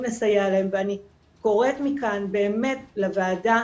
לסייע להם ואני קוראת מכאן באמת לוועדה,